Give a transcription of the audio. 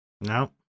No